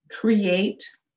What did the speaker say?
create